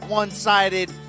one-sided